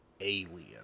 alien